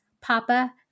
Papa